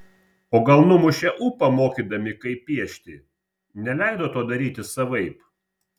o gal numušė ūpą mokydami kaip piešti neleido to daryti savaip